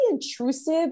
intrusive